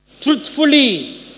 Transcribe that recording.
truthfully